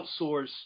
outsource